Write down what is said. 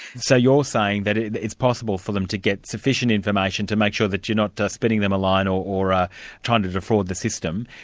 so you're saying that it's possible for them to get sufficient information to make sure that you're not just spinning them a line or or ah trying to defraud the system.